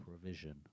provision